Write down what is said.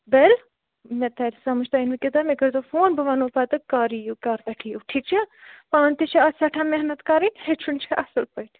bill مےٚ تَرِ سمج تۄہہِ أنوٕ کتاب مےٚ کرۍ زیٚو فون بہٕ ونو پتہٕ کر یِیِو کر پیٚٹھ یِیِو ٹھیٖک چھَ پانہ تہ چھِ اتھ سیٚٹھاہ محنت کَرٕنۍ ہیٚچھُن چھُ اصل پٲٹھۍ